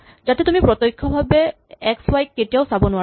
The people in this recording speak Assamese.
যাতে তুমি প্ৰত্যক্ষভাৱে এক্স ৱাই ক কেতিয়াও চাব নোৱাৰা